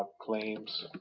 claims